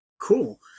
Cool